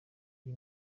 iyi